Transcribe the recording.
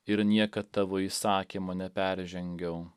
ir niekad tavo įsakymo neperžengiau